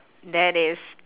that is